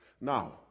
Now